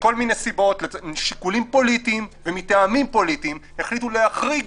מכל מיני סיבות ומשיקולים פוליטיים החליטו להחריג,